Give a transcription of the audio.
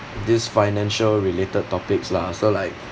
this financial related topics lah so like